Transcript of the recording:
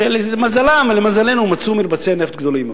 שלמזלם ולמזלנו מצאו מרבצי נפט גדולים מאוד.